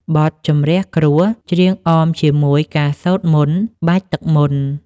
បទជម្រះគ្រោះ ច្រៀងអមជាមួយការសូត្រមន្តបាចទឹកមន្ត។